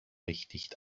richtig